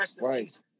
right